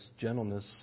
gentleness